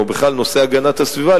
או בכלל נושא הגנת הסביבה,